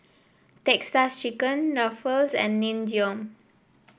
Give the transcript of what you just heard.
Texas Chicken Ruffles and Nin Jiom